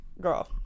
girl